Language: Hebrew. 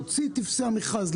להוציא את טפסי המכרז,